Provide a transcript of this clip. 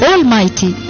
Almighty